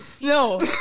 No